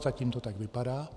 Zatím to tak vypadá.